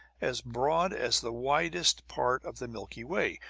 as broad as the widest part of the milky way,